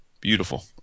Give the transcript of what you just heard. Beautiful